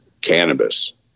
cannabis